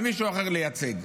למישהו אחר לייצג.